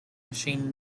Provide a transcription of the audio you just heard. machine